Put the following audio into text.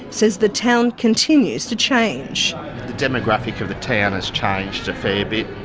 says the town continues to change. the demographic of the town has changed a fair bit.